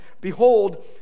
behold